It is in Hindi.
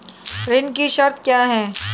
ऋण की शर्तें क्या हैं?